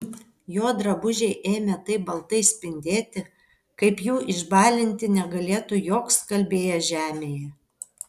jo drabužiai ėmė taip baltai spindėti kaip jų išbalinti negalėtų joks skalbėjas žemėje